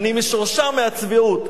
אני משועשע מהצביעות,